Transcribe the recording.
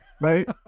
right